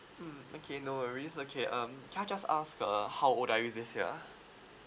mm okay no worries okay um can I just ask uh how old are you this year